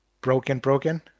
broken-broken